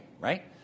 right